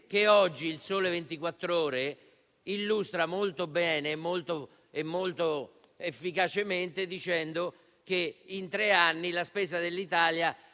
che oggi "Il Sole 24 Ore" illustra molto bene e molto efficacemente, dicendo che in tre anni la spesa dell'Italia